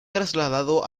trasladado